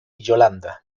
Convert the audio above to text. yolanda